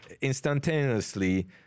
instantaneously